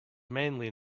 mainly